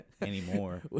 anymore